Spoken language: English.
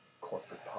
Corporate